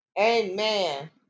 amen